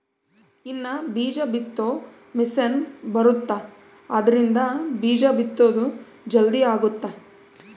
ಇನ್ನ ಬೀಜ ಬಿತ್ತೊ ಮಿಸೆನ್ ಬರುತ್ತ ಆದ್ರಿಂದ ಬೀಜ ಬಿತ್ತೊದು ಜಲ್ದೀ ಅಗುತ್ತ